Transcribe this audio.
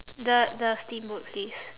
the the steamboat place